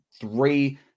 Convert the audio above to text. three